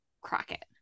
Crockett